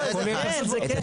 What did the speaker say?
זה כן.